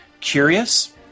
curious